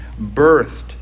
birthed